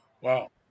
Wow